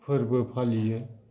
फोरबो फालियो